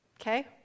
Okay